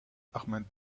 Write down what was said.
ahmed